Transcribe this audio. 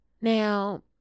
Now